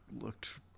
looked